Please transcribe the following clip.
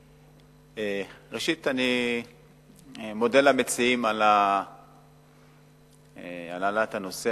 ראשית, אני מודה למציעים על העלאת הנושא.